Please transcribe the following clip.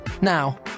Now